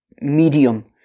medium